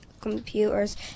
computers